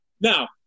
Now